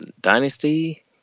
Dynasty